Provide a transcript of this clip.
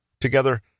Together